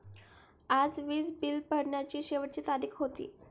आज वीज बिल भरण्याची शेवटची तारीख होती